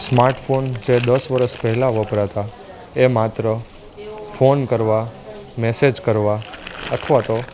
smartphone જે દસ વરસ પહેલાં વપરાતા એ માત્ર ફોન કરવા મેસેજ કરવા અથવા તો